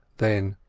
then,